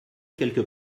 quelque